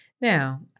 Now